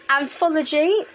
Anthology